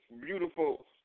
beautiful